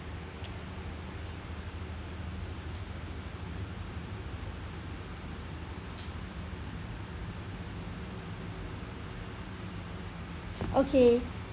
okay